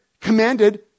commanded